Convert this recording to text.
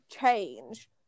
change